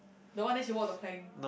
the one then she walk the plank